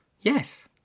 Yes